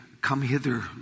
come-hither